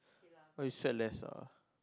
oh you sweat less ah